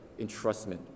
entrustment